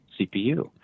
CPU